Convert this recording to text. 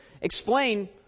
explain